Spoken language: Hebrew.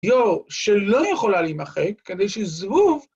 ‫דיו שלא יכולה להימחק, ‫כדי שזבוב